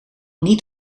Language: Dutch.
niet